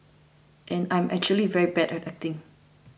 and I'm actually very bad at acting